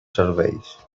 serveis